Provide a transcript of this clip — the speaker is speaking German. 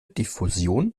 diffusion